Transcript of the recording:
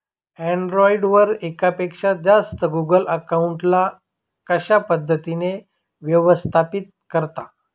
Android वर एकापेक्षा जास्त गुगल अकाउंट ला कशा पद्धतीने व्यवस्थापित करता?